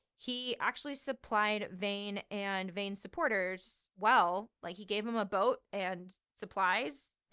he actually supplied vane and vane supporters well, like he gave him a boat and supplies,